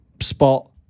spot